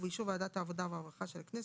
ובאישור ועדת העבודה והרווחה של הכנסת,